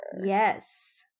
Yes